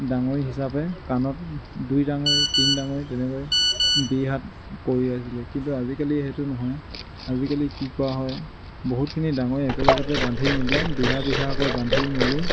ডাঙৰি হিচাপে কাণত দুই ডাঙৰি তিনি ডাঙৰি তেনেকৈ বিৰীহাত কঢ়িয়াইছিলে কিন্তু আজিকালি সেইটো নহয় আজিকালি কি কৰা হয় বহুতখিনি ডাঙৰি একলগতে বান্ধি মেলি বিঘা বিঘাকৈ বান্ধি মেলি